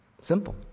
Simple